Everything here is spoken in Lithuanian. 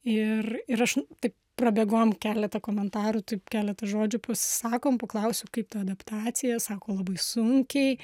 ir ir aš taip prabėgom keletą komentarų taip keletą žodžių pasisakom paklausiu kaip ta adaptacija sako labai sunkiai